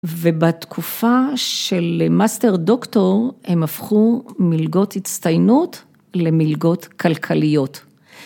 ובתקופה של מאסטר דוקטור הם הפכו מלגות הצטיינות למלגות כלכליות.